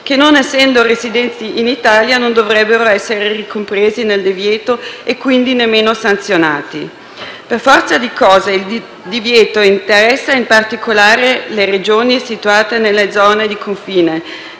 che, non essendo residenti in Italia, non dovrebbero essere ricompresi nel divieto e, quindi, nemmeno sanzionati. Per forza di cose, il divieto interessa in particolare le Regioni situate nelle zone di confine,